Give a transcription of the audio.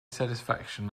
satisfaction